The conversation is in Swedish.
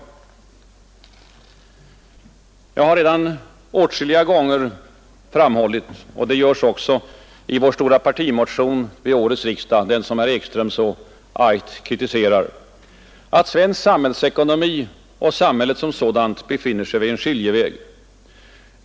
Jag har redan åtskilliga gånger strukit under — och det görs också i vår stora partimotion till årets riksdag, den som herr Ekström så argt kritiserar — att svensk samhällsekonomi och samhället som sådant befinner sig vid en skiljeväg.